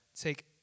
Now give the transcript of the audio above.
take